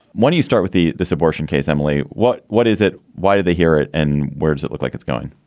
when you start with this abortion case, emily, what what is it? why did they hear it? and where does it look like it's going?